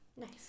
Nice